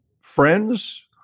friends